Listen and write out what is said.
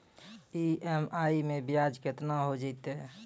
EMI मैं ब्याज केतना हो जयतै?